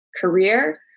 Career